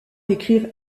écrire